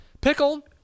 Pickle